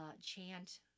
Chant